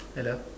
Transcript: hello